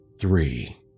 three